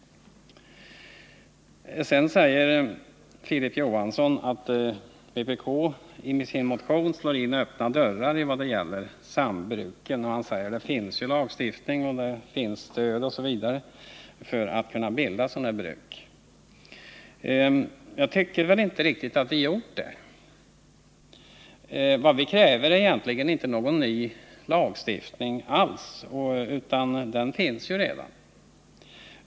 Sedan säger Filip Johansson att vpk slår in öppna dörrar med sin motion om sambruken — det finns redan lagstiftning som möjliggör bildandet av sambruk. Jag tycker inte att det stämmer riktigt. Vad vi kräver är egentligen inte alls någon ny lagstiftning.